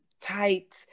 tight